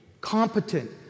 competent